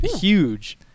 huge